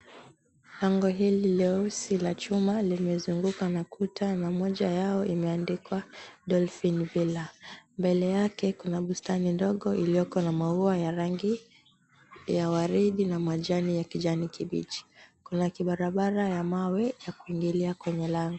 Lango hili leusi la chuma limezungukwa na kuta na moja yao imeandikwa, Dolphin Villa. Mbele yake kuna bustani ndogo iliyoko na maua ya rangi ya waridi na majani ya kijani kibichi. Kuna kibarabara ya mawe ya kuingilia kwenye lami.